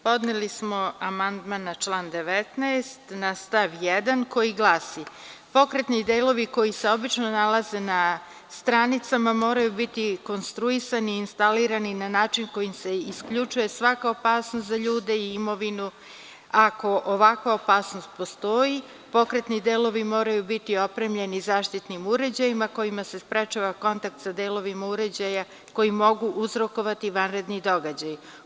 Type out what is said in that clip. Podneli smo amandman na član 19. na stav 1. koji glasi – pokretni delovi koji se obično nalaze na stranicama moraju biti konstruisani i instalirani na način kojim se isključuje svaka opasnost za ljude i imovinu, ako ovakva opasnost postoji, pokretni delovi moraju biti opremljeni zaštitnim uređajima kojima se sprečava kontakt sa delovima uređaja koji mogu uzrokovati vanredni događaj.